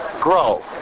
Grow